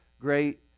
great